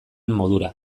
modura